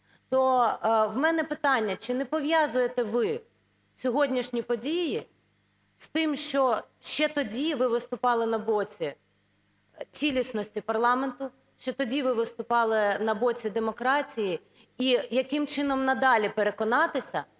То в мене питання. Чи не пов'язуєте ви сьогоднішні події з тим, що ще тоді ви виступали на боці цілісності парламенту, ще тоді ви виступали на боці демократії? І яким чином нам далі переконатися,